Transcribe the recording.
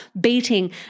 beating